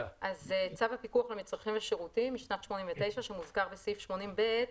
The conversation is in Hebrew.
צו הפיקוח על מצרכים ושירותים משנת 1989 שמוזכר בסעיף 80(ב)